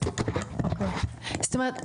זאת אומרת,